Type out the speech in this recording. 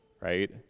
right